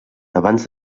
abans